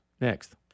Next